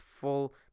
full